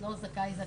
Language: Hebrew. לא "זכאי".